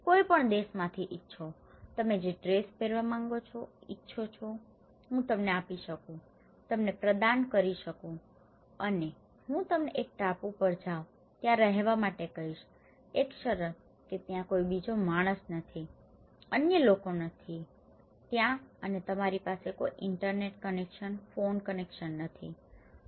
કોઈ પણ દેશમાંથી ઇચ્છો છો તમે જે ડ્રેસ પહેરવા માંગો છો ઇચ્છો છો હું તમને આપી શકું છું તમને પ્રદાન કરી શકું છું અને હું તમને એક ટાપુ પર જવા ત્યાં રહેવા માટે કહીશ એક શરત એ છે કે ત્યાં બીજો કોઈ માણસ નથી અન્ય લોકો નથી ત્યાં અને તમારી પાસે કોઈ ઇન્ટરનેટ કનેક્શન ફોન કનેક્શંસ નથી